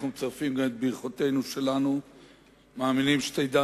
אנחנו מצרפים גם את ברכותינו שלנו ומאמינים שתדע